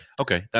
Okay